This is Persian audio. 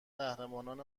قهرمانان